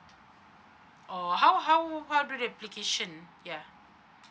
oh how how how do the application yeah